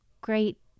great